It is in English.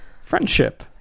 friendship